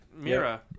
Mira